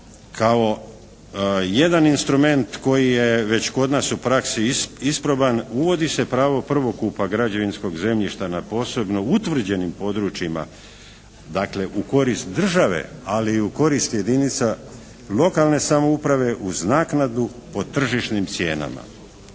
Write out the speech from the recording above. Kao jedan instrument koji je već kod nas u praksi isproban uvodi se pravo prvokupa građevinskog zemljišta na posebno utvrđenim područjima, dakle u korist države, ali i u korist jedinica lokalne samouprave uz naknadu po tržišnim cijenama.